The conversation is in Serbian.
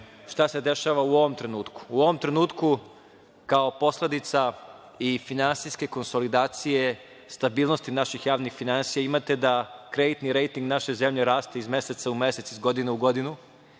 šta se dešava u ovom trenutku. U ovom trenutku, kao posledica i finansijske konsolidacije, stabilnosti naših javnih finansija, imate da kreditni rejting naše zemlje raste iz meseca u mesec, iz godine u godinu.